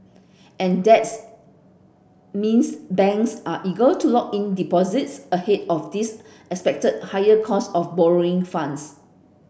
and that's means banks are eager to lock in deposits ahead of this expected higher cost of borrowing funds